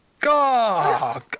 God